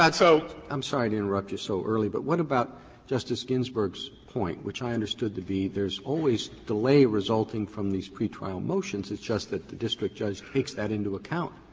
so i'm sorry to interrupt you so early, but what about justice ginsburg's point, which i understood to be there's always delay resulting from these pretrial motions it's just that the district judge takes that into account,